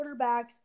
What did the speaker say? quarterbacks